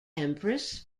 empress